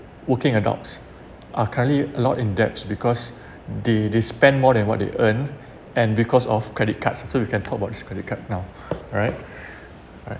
working adults are currently a lot in debts because they they spend more than what they earn and because of credit cards so we can talk about this credit card now alright alright